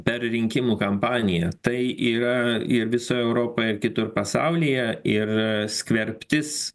per rinkimų kampaniją tai yra ir visoje europoje ir kitur pasaulyje ir skverbtis